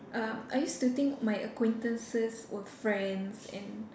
uh I used to think my acquaintances were friends and